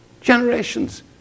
Generations